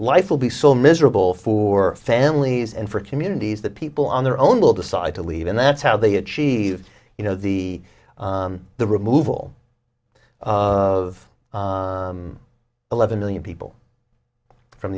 life will be so miserable for families and for communities that people on their own will decide to leave and that's how they achieve you know the the removal of eleven million people from